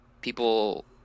people